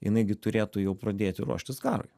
jinai gi turėtų jau pradėti ruoštis karui